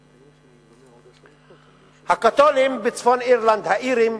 צפון-אירלנד, הקתולים בצפון-אירלנד, האירים,